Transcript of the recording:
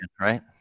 right